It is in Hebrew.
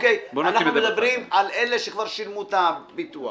אנחנו מדברים על אלה שכבר שילמו את הביטוח.